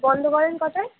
বন্ধ করেন কটায়